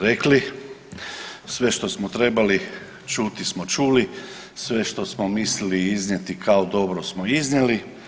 rekli, sve što smo trebali čuti smo čuli, sve što smo mislili iznijeti kao dobro smo iznijeli.